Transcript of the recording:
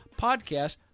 podcast